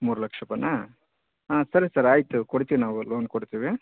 ಮೂರು ಲಕ್ಷ ರೂಪಾಯಿನಾ ಹಾಂ ಸರಿ ಸರ್ ಆಯಿತು ಕೊಡ್ತೀವಿ ನಾವು ಲೋನ್ ಕೊಡ್ತೀವಿ